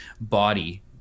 body